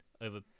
over